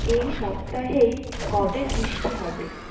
এই সপ্তাহেই কবে বৃষ্টি হবে